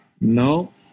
No